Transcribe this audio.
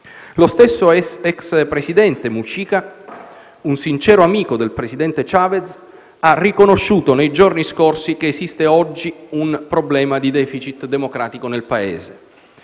Lo stesso ex presidente Mujica, sincero amico del presidente Chavez, ha riconosciuto nei giorni scorsi che esiste oggi un problema di *deficit* democratico nel Paese.